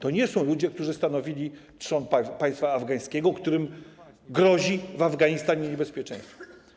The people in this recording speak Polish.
To nie są ludzie, którzy stanowili trzon państwa afgańskiego, którym grozi w Afganistanie niebezpieczeństwo.